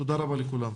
תודה רבה לכולם.